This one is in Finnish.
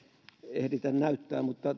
ehditä näyttää mutta